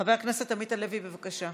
חבר הכנסת עמית הלוי, בבקשה.